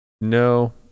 no